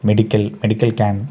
medical medical camp